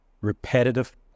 repetitive